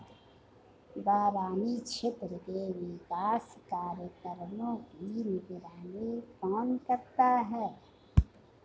बरानी क्षेत्र के विकास कार्यक्रमों की निगरानी कौन करता है?